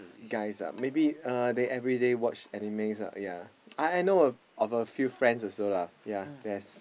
guys ah maybe uh they everyday watch animes ah ya I I know of a few friends also lah ya there's